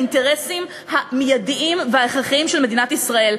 לאינטרסים המיידיים וההכרחיים של מדינת ישראל.